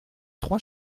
trois